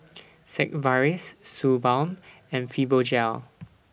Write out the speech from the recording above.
Sigvaris Suu Balm and Fibogel